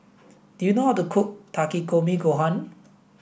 do you know how to cook Takikomi Gohan